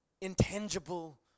intangible